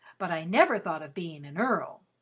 but i never thought of being an earl.